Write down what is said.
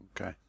Okay